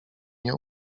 nie